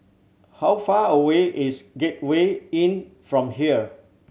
how far away is Gateway Inn from here